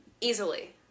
easily